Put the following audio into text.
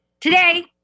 Today